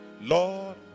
Lord